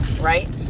right